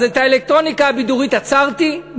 אז את האלקטרוניקה הבידורית עצרתי,